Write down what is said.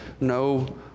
no